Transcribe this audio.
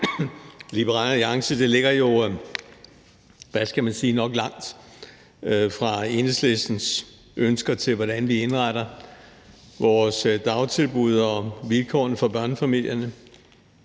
Liberal Alliance ligger nok langt fra Enhedslistens ønsker til, hvordan vi indretter vores dagtilbud og vilkårene for børnefamilierne.